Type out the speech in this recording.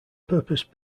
purpose